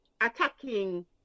attacking